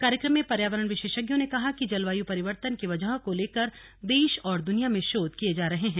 कार्यक्रम में पर्यावरण विशेषज्ञों ने कहा कि जलवाय परिवर्तन की वजहों को लेकर देश और दुनिया में शोध किये जा रहे हैं